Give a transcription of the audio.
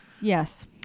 yes